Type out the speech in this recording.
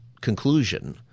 conclusion